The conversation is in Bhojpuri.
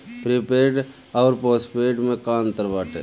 प्रीपेड अउर पोस्टपैड में का अंतर बाटे?